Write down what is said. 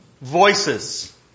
voices